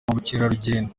bukerarugendo